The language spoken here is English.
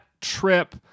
trip